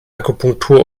akupunktur